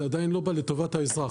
זה עדיין לא בא לטובת האזרח.